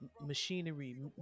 machinery